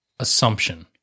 assumption